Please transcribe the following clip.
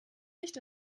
nicht